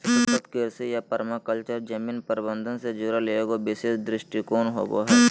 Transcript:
सतत कृषि या पर्माकल्चर जमीन प्रबन्धन से जुड़ल एगो विशेष दृष्टिकोण होबा हइ